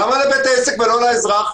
למה לבית העסק ולא לאזרח?